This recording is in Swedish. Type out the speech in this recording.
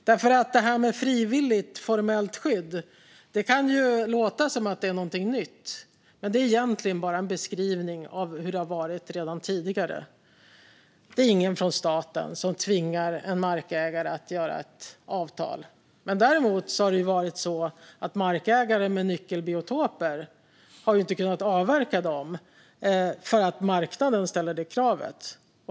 Det här med frivilligt formellt skydd kan låta som något nytt, men det är egentligen bara en beskrivning av hur det har varit redan tidigare. Det är ingen från staten som tvingar en markägare att göra ett avtal. Men däremot har markägare med nyckelbiotoper inte har kunnat avverka dem för att marknaden ställer detta krav.